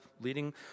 leading